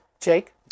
Jake